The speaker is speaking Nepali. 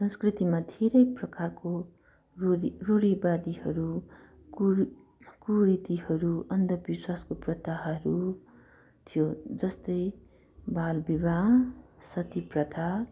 सांस्कृतिमा धेरै प्रकारको रुढी रुढीवादीहरू कुरी कुरीतिहरू अन्धविश्वासको प्रथाहरू थियो जस्तै बालविवाह सतीप्रथा